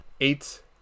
Eight